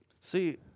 See